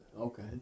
Okay